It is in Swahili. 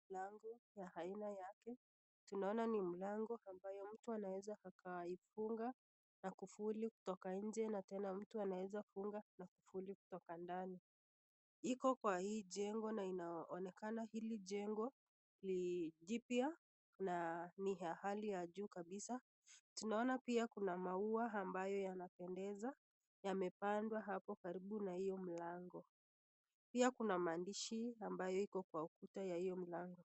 Mlango ya aina yake. Tunaona ni mlango ambayo mtu anaweza akafunga na kufuli kutoka nje na tena mtu anaweza funga na kufuli kutoka ndani. Iko kwa hii jengo na inaonekana hili jengo ni jipya na ni ya hali ya juu kabisa. Tunaona pia kuna maua ambayo yanapendeza yamepandwa hapo karibu na hiyo mlango. Pia kuna maandishi ambayo iko kwa ukuta ya hiyo mlango.